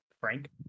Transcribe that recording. Frank